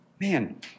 Man